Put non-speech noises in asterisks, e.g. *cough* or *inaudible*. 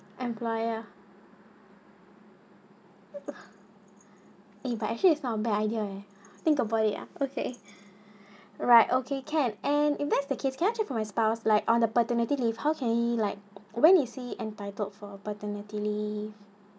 employer *laughs* eh but actually it's not a bad idea eh think about it ah okay *breath* right okay can and if there is the case can I check of my spouse like on the paternity leave how can he like when is he see entitled for paternity leave